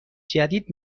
جدید